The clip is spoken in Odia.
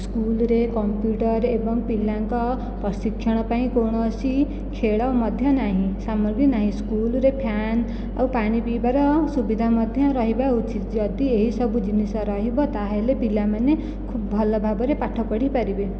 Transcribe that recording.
ସ୍କୁଲରେ କମ୍ପୁଟର ଏବଂ ପିଲାଙ୍କ ପ୍ରଶିକ୍ଷଣ ପାଇଁ କୌଣସି ଖେଳ ମଧ୍ୟ ନାହିଁ ସାମଗ୍ରୀ ନାହିଁ ସ୍କୁଲରେ ଫ୍ୟାନ୍ ଆଉ ପାଣି ପିଇବାର ସୁବିଧା ମଧ୍ୟ ରହିବା ଉଚିତ ଯଦି ଏହିସବୁ ଜିନିଷ ରହିବ ତାହାଲେ ପିଲାମାନେ ଖୁବ ଭଲ ଭାବରେ ପାଠ ପଢ଼ି ପାରିବେ